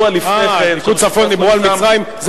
אה, בפיקוד צפון דיברו על מצרים?